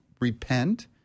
repent